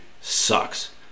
sucks